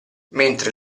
mentre